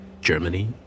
Germany